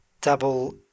Double